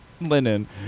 linen